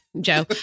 Joe